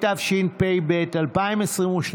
התשפ"ב-2022,